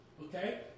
Okay